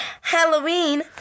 Halloween